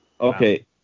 Okay